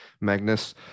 Magnus